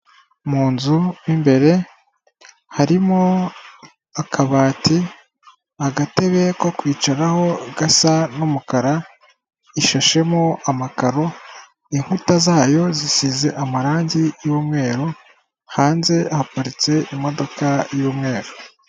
Mu nzu imbere harimo akabati, agatebe ko kwicaraho gasa n'umukara ishashemo amakaro inkuta zayo zisize amarangi y'umweru hanze haparitse imodoka y'umweru.